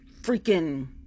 freaking